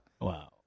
wow